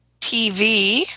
TV